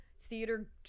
theater